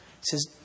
says